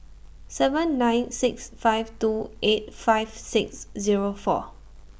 seven nine six five two eight five six Zero four